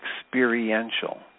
experiential